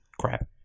crap